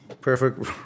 perfect